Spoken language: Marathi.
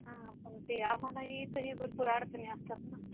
हा पण ते आम्हाला इथंही हे भरपूर अडचणी असतात ना